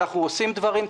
אנחנו עושים דברים,